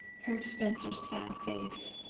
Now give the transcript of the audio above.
herb spencer's sad face,